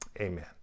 Amen